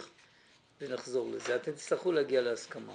מופיעה לך בהגדרת תרומה מזכה ולא בהגדרת פיקדון.